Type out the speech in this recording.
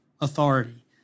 authority